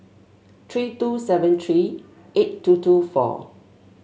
three two seven three eight two two four